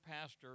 pastor